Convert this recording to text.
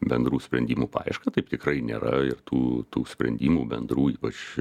bendrų sprendimų paiešką taip tikrai nėra ir tų tų sprendimų bendrų ypač